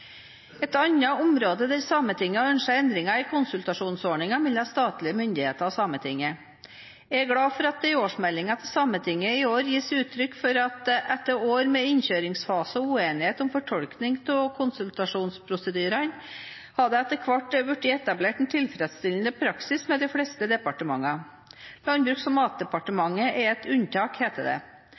Et annet område hvor Sametinget har ønsket endringer, er konsultasjonsordningen mellom statlige myndigheter og Sametinget. Jeg er glad for at det i årsmeldingen til Sametinget i år gis uttrykk for at etter år med innkjøringsfase og uenighet om fortolkingen av konsultasjonsprosedyrene er det etter hvert blitt etablert en tilfredsstillende praksis med de fleste departementene. Landbruks- og matdepartementet er et unntak, heter det.